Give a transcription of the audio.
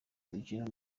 dukina